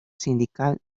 sindical